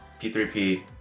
P3P